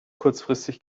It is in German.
kurzfristig